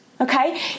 Okay